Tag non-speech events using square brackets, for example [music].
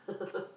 [laughs]